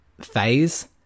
phase